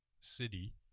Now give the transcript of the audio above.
City